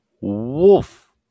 wolf